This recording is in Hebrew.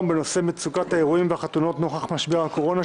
בנושא מצוקת האירועים והחתונות נוכח משבר הקורונה,